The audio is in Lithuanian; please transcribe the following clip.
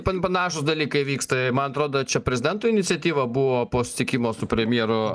pan panašūs dalykai vyksta i man atrodo čia prezidento iniciatyva buvo po susitikimo su premjeru